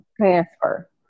transfer